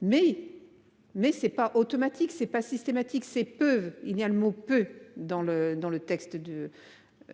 Mais c'est pas automatique, c'est pas systématique c'est peuvent il y a le mot peut dans le dans le texte de.